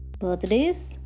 birthdays